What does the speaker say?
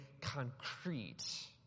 concrete